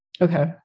Okay